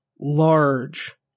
large